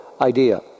idea